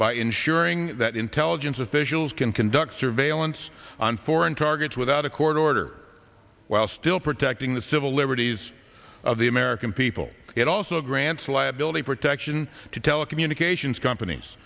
by ensuring that intelligence officials can conduct surveillance on foreign targets without a court order while still protecting the civil liberties of the american people it also grants liability protection to telecommunications companies